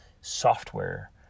software